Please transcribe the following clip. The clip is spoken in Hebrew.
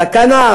סכנה,